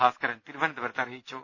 ഭാസ്കരൻ തിരുവനന്തപുരത്ത് അറി യിച്ചു